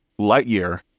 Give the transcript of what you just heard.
Lightyear